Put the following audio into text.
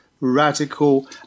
radical